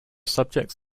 subjects